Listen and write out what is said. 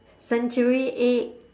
century egg